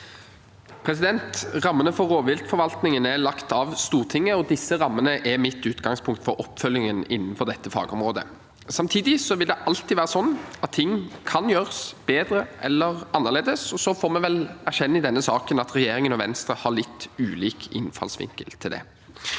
Rammene for rovviltforvaltningen er lagt av Stortinget, og disse rammene er mitt utgangspunkt for oppfølgingen innenfor dette fagområdet. Samtidig vil det alltid være slik at ting kan gjøres bedre eller annerledes, og så får vi vel erkjenne at i denne saken har regjeringen og Venstre litt ulik innfallsvinkel.